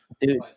dude